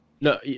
no